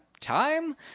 time